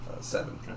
seven